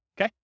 Okay